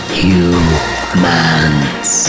humans